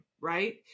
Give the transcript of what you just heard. right